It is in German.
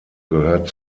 gehört